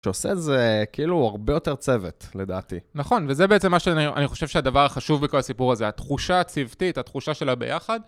שעושה את זה כאילו הרבה יותר צוות לדעתי. נכון, וזה בעצם מה שאני חושב שהדבר החשוב בכל הסיפור הזה, התחושה הצוותית, התחושה של הביחד.